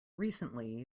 recently